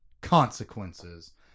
consequences